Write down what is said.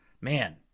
Man